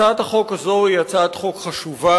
הצעת החוק הזאת היא הצעת חוק חשובה,